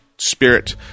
Spirit